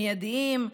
מיידיים,